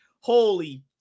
Holy